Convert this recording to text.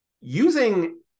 Using